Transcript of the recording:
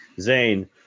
zane